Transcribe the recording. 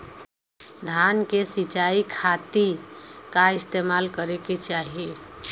धान के सिंचाई खाती का इस्तेमाल करे के चाही?